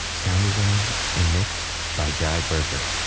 sound designed and mixed by jai berger.